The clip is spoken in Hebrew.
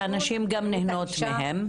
שהנשים גם נהנות מהם.